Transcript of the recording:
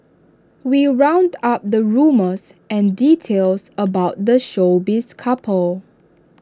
we round up the rumours and details about the showbiz couple